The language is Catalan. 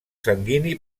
sanguini